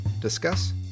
discuss